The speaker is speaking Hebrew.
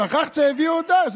שכחת שהביאו אותך?